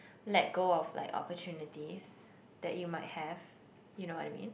let go of like opportunities that you might have you know what I mean